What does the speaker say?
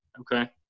Okay